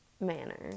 manner